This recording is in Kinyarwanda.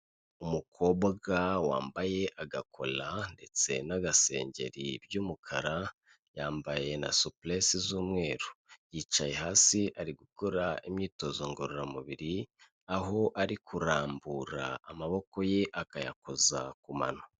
Umukobwa wambaye agakora ndetse n'agasengeri by'umukara, yambaye na supuresi z'umweru. Yicaye hasi ari gukora imyitozo ngororamubiri, aho ari kurambura amaboko ye akayakoza ku mano.